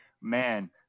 man